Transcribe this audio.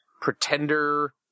Pretender